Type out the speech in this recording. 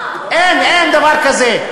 אין, אין דבר כזה.